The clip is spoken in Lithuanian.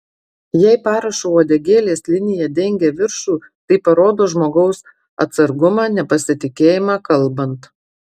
jei parašo uodegėlės linija dengia viršų tai parodo žmogaus atsargumą nepasitikėjimą kalbant